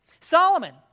Solomon